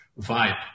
vibe